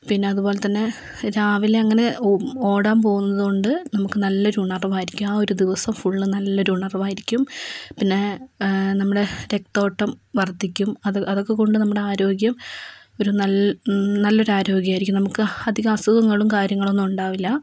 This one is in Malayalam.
പിന്നെ അതുപോലെത്തന്നെ രാവിലെയങ്ങനെ ഓടാൻ പോവുന്നതുകൊണ്ട് നമുക്ക് നല്ലൊരു ഉണർവ്വായിരിക്കും ആ ഒരു ദിവസം ഫുള്ളും നല്ലൊരു ഉണർവ്വായിരിക്കും പിന്നെ നമ്മുടെ രക്തയോട്ടം വർദ്ധിക്കും അത് അതൊക്കെകൊണ്ട് നമ്മുടെ ആരോഗ്യം ഒരു നല്ലൊരു ആരോഗ്യമായിരിക്കും നമുക്ക് അധികം അസുഖങ്ങളും കാര്യങ്ങളും ഒന്നും ഉണ്ടാവില്ല